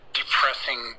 depressing